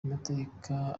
amateka